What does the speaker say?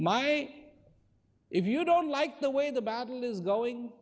my if you don't like the way the battle is going